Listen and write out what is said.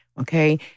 okay